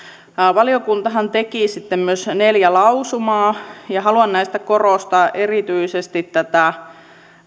valiokuntahan teki sitten myös neljä lausumaa ja haluan näistä korostaa erityisesti tätä